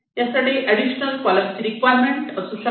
यासाठी एडिशनल कॉलमची रिक्वायरमेंट असू शकते